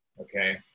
Okay